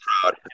proud